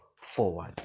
forward